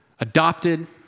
adopted